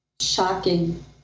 Shocking